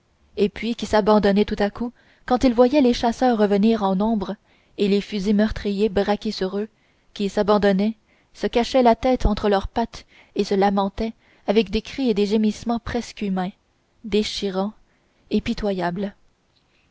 et puis qui s'abandonnaient tout à coup quand ils voyaient les chasseurs revenir en nombre et les fusils meurtriers braqués sur eux qui s'abandonnaient se cachaient la tête entre leurs pattes et se lamentaient avec des cris et des gémissements presque humains déchirants et pitoyables